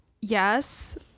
yes